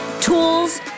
tools